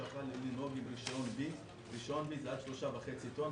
שאפשר לנהוג עם רישיון D. הרישיון עד 3.5 טון,